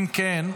אם כן,